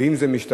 ואם זה משטרה,